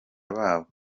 babo